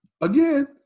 Again